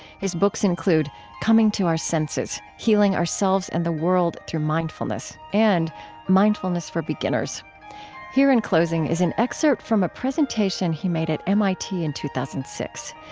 his books include coming to our senses healing ourselves and the world through mindfulness and mindfulness for beginners here in closing is an excerpt from a presentation he made at mit in two thousand and six.